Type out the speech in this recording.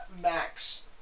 Max